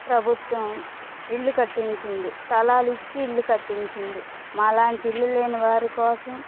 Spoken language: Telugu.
ప్రభుత్వం ఇల్లు కట్టించింది స్థలాలు ఇచ్చి ఇల్లు కట్టించింది మాలాంటి ఇల్లు లేని వారి కోసం